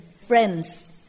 friends